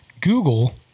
Google